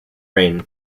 reign